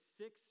six